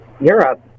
Europe